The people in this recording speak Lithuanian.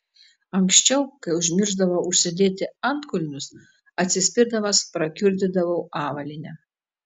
anksčiau kai užmiršdavau užsidėti antkulnius atsispirdamas prakiurdydavau avalynę